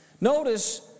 Notice